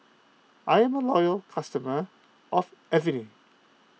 I am a loyal customer of Avene